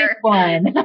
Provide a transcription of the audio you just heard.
one